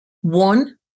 One